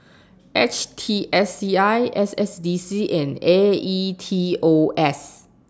H T S C I S S D C and A E T O S